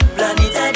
Planet